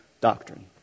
doctrine